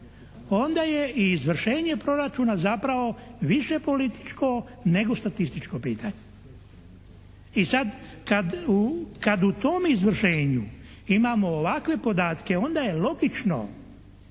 onda je i izvršenje proračuna zapravo više političko nego statističko pitanje. I sad kad u tom izvršenju imamo ovakve podatke onda je logično,